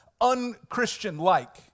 unchristian-like